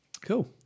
Cool